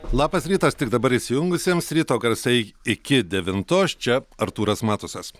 labas rytas tik dabar įsijungusiems ryto garsai iki devintos čia artūras matusas